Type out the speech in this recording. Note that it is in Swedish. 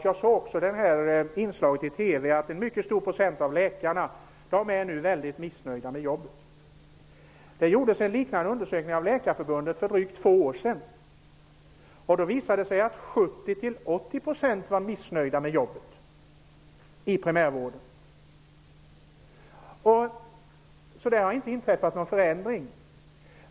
Jag såg också i det inslaget på TV att en mycket stor procent av läkarna nu är missnöjda med sitt jobb. För drygt två år sedan gjorde Läkarförbundet en liknande undersökning. Då visade det sig att 70 80 % av läkarna i primärvården var missnöjda med jobbet. Så där har inte skett någon förändring.